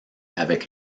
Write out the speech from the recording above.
avec